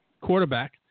quarterback